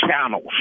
channels